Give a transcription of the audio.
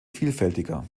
vielfältiger